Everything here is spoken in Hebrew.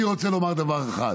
אני רוצה לומר דבר אחד: